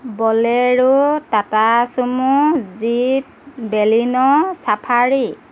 bolero Tata sumo jeep Baleno safari